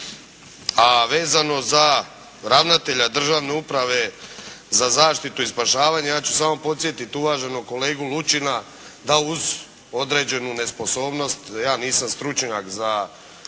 A vezano za ravnatelja Državne uprave za zaštitu i spašavanje ja ću samo podsjetiti uvaženog kolegu Lučina da uz određenu nesposobnost ja nisam stručnjak za zaštitu i spašavanje.